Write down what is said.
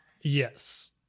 Yes